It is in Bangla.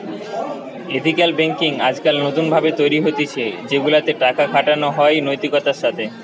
এথিকাল বেঙ্কিং আজকাল নতুন ভাবে তৈরী হতিছে সেগুলা তে টাকা খাটানো হয় নৈতিকতার সাথে